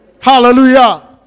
hallelujah